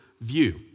view